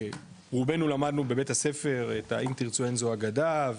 רובנו למדנו בבית הספר את ה-'אם תרצו אין זו אגדה',